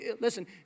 Listen